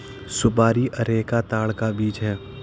सुपारी अरेका ताड़ का बीज है